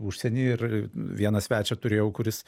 užsieny ir vieną svečią turėjau kuris